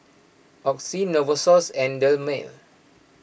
Oxy Novosource and Dermale